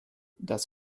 das